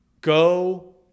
go